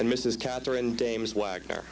and mrs katherine dames wagner